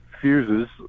fuses